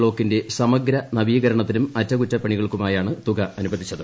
ബ്ലോക്കിന്റെ സമഗ്ര നവീകരണത്തിനും അറ്റകുറ്റപ്പണികൾക്കു മായാണ് തുക അനുവദിച്ചത്